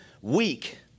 weak